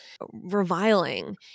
reviling